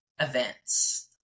events